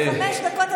חמש דקות,